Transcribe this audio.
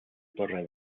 torre